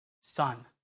son